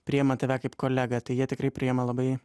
priima tave kaip kolegą tai jie tikrai priima labai